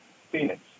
phoenix